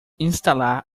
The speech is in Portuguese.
instalar